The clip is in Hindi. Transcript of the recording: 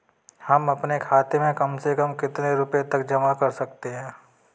हम अपने खाते में कम से कम कितने रुपये तक जमा कर सकते हैं?